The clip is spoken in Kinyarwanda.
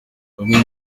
umwe